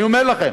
אני אומר לכם,